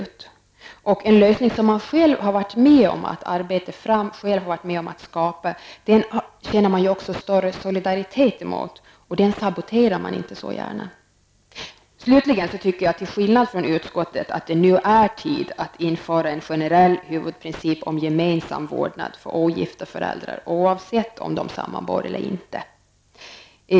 Man känner också större solidaritet gentemot en lösning som man själv har varit med om att arbeta fram och själv har varit med om att skapa. Och man saboterar inte så gärna en sådan lösning. Slutligen anser jag, till skillnad från utskottet, att det nu är tid att införa en generell huvudprincip om gemensam vårdnad för ogifta föräldrar, oavsett om de sammanbor eller inte.